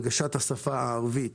השפה הערבית